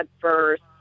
first